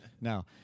Now